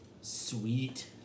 Sweet